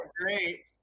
great